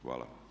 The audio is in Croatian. Hvala.